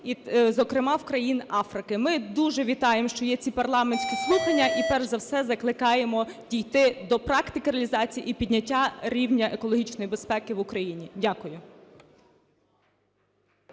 зокрема в країнах Африки. Ми дуже вітаємо, що є ці парламентські слухання. І перш за все, закликаємо дійти до практики реалізації і підняття рівня екологічної безпеки в Україні. Дякую.